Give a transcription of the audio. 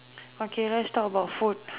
okay let's talk about food